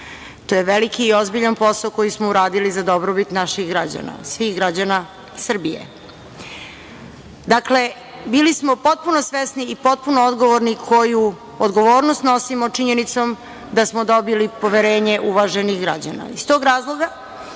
To je veliki i ozbiljan posao koji smo uradili za dobrobit svih građana Srbije. Dakle, bili smo potpuno svesni i potpuno odgovorni koju odgovornost nosimo činjenicom da smo dobili poverenje uvaženih građana.